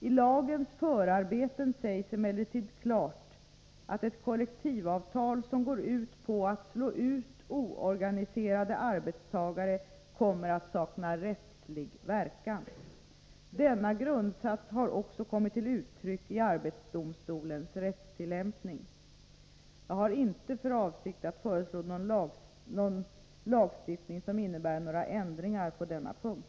I lagens förarbeten sägs emellertid klart att ett kollektivavtal som går ut på att slå ut oorganiserade arbetstagare kommer att sakna rättslig verkan. Denna grundsats har också kommit till uttryck i arbetsdomstolens rättstillämpning. Jag har inte för avsikt att föreslå någon lagstiftning som innebär några ändringar på denna punkt.